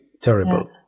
terrible